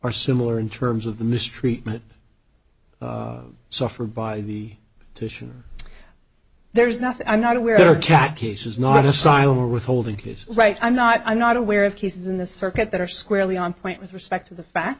are similar in terms of the mistreatment so for by the titian there's nothing i'm not aware of cat cases not asylum or withholding his right i'm not i'm not aware of cases in the circuit that are squarely on point with respect to the fact